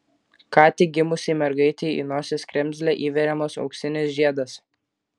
ką tik gimusiai mergaitei į nosies kremzlę įveriamas auksinis žiedas